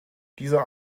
dieser